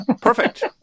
Perfect